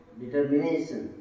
determination